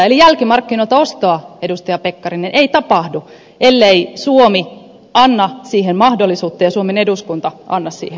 eli jälkimarkkinoilta ostoa edustaja pekkarinen ei tapahdu ellei suomi anna siihen mahdollisuutta ja suomen eduskunta anna siihen mahdollisuutta